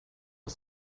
aus